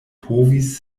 povis